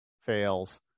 fails